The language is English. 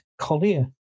Collier